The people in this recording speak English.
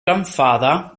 grandfather